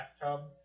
bathtub